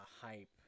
hype